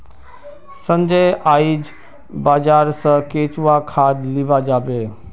संजय आइज बाजार स केंचुआ खाद लीबा जाबे